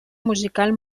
musical